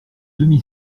demi